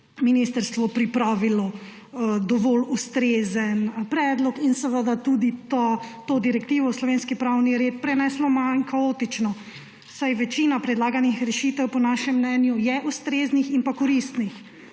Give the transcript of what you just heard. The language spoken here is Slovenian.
ministrstvo pripravilo dovolj ustrezen predlog in tudi to direktivo v slovenski pravni red preneslo manj kaotično, saj je večina predlaganih rešitev po našem mnenju ustreznih in koristnih.